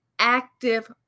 Active